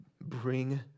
bring